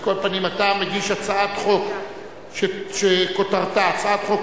על כל פנים, אתה מגיש הצעת חוק שכותרתה: הצעת חוק